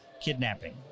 kidnapping